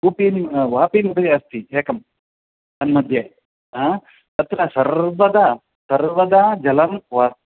कूपीं वापिम् उपरि अस्ति एकं तन्मध्ये अ तत्र सर्वदा सर्वदा जलं वा